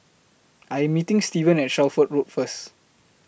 I Am meeting Stevan At Shelford Road First